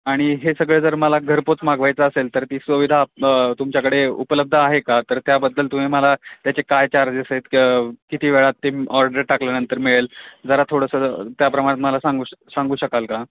आणि हे सगळे जर मला घरपोच मागवायचं असेल तर ती सुविधा मग तुमच्याकडे उपलब्ध आहे का तर त्याबद्दल तुम्ही मला त्याचे काय चार्जेस आहेत क किती वेळात ते ऑर्डर टाकल्यानंतर मिळेल जरा थोडंसं त्याप्रमाणात मला सांगू सांगू शकाल का